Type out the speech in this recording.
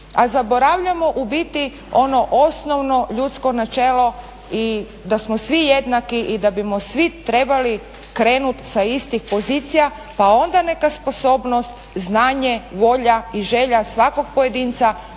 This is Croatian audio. a zaboravljamo u biti ono osnovno ljudsko načelo i da smo svi jednaki i da bimo svi trebali krenuti sa istih pozicija pa onda neka sposobnost znanje, volja i želja svakog pojedinca